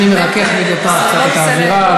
אני מרכך מדי פעם קצת את האווירה,